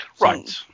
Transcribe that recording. Right